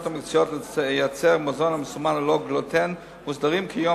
המקצועיות לייצר מזון המסומן "ללא גלוטן" מוסדרים כיום